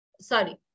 sorry